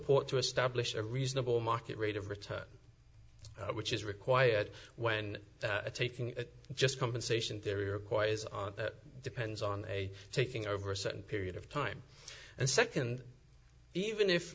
port to establish a reasonable market rate of return which is required when taking just compensation theory requires on that depends on a taking over a certain period of time and nd even if